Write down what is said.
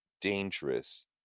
dangerous